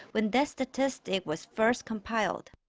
when that statistic was first compiled.